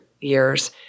years